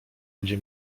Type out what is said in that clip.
ludzie